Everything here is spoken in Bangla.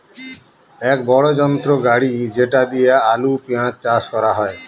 এক বড়ো যন্ত্র গাড়ি যেটা দিয়ে আলু, পেঁয়াজ চাষ করা হয়